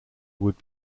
would